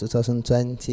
2020